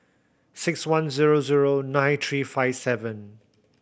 six one zero zero nine three five seven